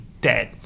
dead